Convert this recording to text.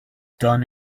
done